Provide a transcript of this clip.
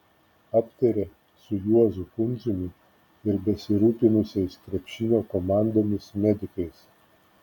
aptarė su juozu pundziumi ir besirūpinusiais krepšinio komandomis medikais